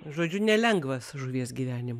žodžiu nelengvas žuvies gyvenimo